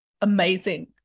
Amazing